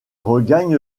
regagne